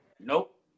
Nope